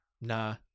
Nah